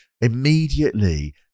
immediately